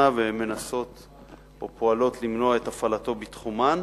והן מנסות או פועלות למנוע את הפעלתו בתחומן,